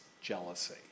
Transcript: jealousy